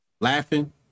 Laughing